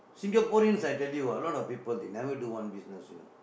Singaporeans I tell you ah a lot of people they never do one business you know